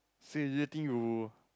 so do you think you